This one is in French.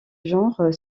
genre